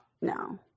No